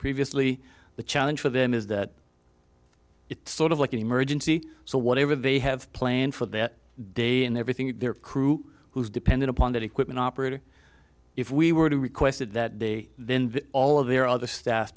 previously the challenge for them is that it's sort of like an emergency so whatever they have planned for that day and everything in their crew who is dependent upon that equipment operator if we were to requested that they then all of their other staff